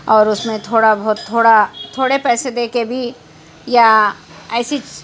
اور اس میں تھوڑا بہت تھوڑا تھوڑے پیسے دے کے بھی یا ایسچ